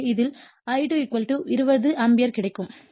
எனவே இதிலிருந்து I2 20 ampere கிடைக்கும்